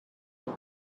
and